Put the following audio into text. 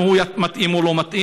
אם הוא מתאים או לא מתאים,